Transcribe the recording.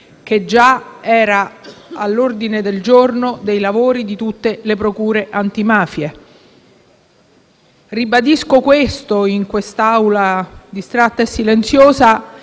era già all'ordine del giorno dei lavori di tutte le procure antimafia. Ribadisco questo in un'Assemblea distratta e silenziosa,